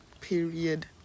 period